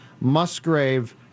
Musgrave